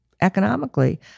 economically